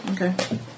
Okay